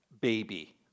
baby